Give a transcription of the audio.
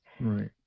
Right